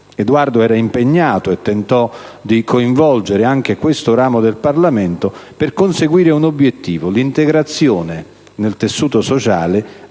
Eduardo era impegnato - e tentò di coinvolgere anche questo ramo del Parlamento - a conseguire un obiettivo: l'integrazione nel tessuto sociale